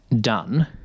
done